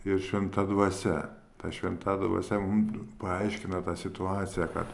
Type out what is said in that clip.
ir šventa dvasia ta šventa dvasia mum paaiškina tą situaciją kad